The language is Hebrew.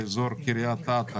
אזור קריית אתא,